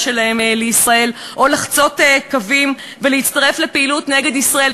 שלהם לישראל או לחצות קווים ולהצטרף לפעילות נגד ישראל,